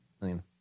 Million